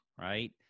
right